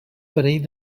parell